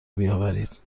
بیاورید